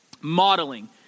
modeling